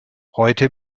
heute